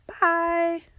bye